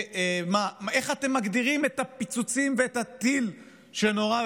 איך אתם מגדירים את הפיצוצים ואת הטיל שנורה,